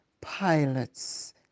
pilots